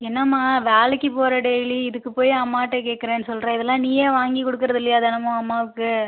என்னம்மா வேலைக்கு போகிற டெய்லி இதுக்கு போய் அம்மாகிட்ட கேட்குறேன்னு சொல்கிறே இதெலாம் நீயே வாங்கி கொடுக்குறது இல்லையா தினமும் அம்மாவுக்கு